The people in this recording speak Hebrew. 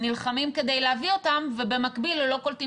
נלחמים כדי להביא אותם ובמקביל לא קולטים